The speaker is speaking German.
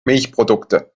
milchprodukte